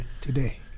today